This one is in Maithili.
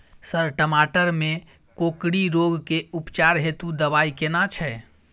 सर टमाटर में कोकरि रोग के उपचार हेतु दवाई केना छैय?